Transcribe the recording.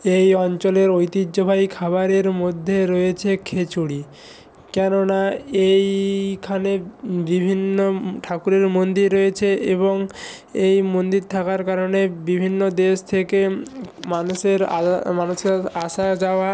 এই অঞ্চলের ঐতিহ্যবাহী খাবারের মধ্যে রয়েছে খিচুড়ি কেননা এইখানে বিভিন্ন ঠাকুরের মন্দির রয়েছে এবং এই মন্দির থাকার কারণে বিভিন্ন দেশ থেকে মানুষের মানুষের আসা যাওয়া